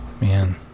man